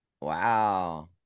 Wow